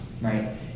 right